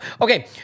Okay